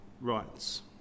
Rights